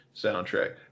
soundtrack